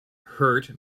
hurt